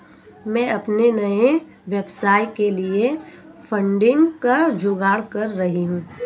मैं अपने नए व्यवसाय के लिए फंडिंग का जुगाड़ कर रही हूं